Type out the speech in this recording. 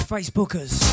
Facebookers